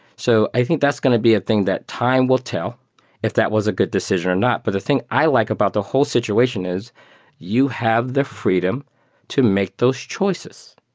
so i think that's going to be a thing that time will tell if that was a good decision or not. but the thing i like about the whole situation is you have the freedom to make those choices.